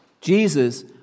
Jesus